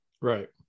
Right